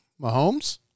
Mahomes